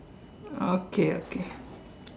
okay okay